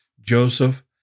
Joseph